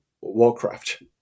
Warcraft